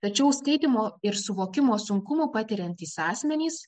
tačiau skaitymo ir suvokimo sunkumų patiriantys asmenys